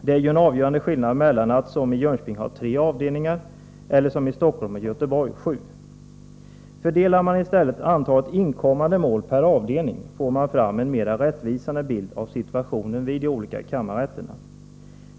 Det är ju en avgörande skillnad mellan att, som i Jönköping, ha tre avdelningar eller, som i Stockholm och Göteborg, sju. Fördelar man i stället antalet inkommande mål per avdelning, får man fram en mera rättvisande bild av situationen vid de olika kammarrätterna.